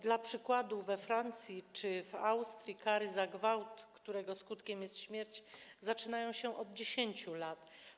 Dla przykładu we Francji czy w Austrii kary za gwałt, którego skutkiem jest śmierć, zaczynają się od 10 lat.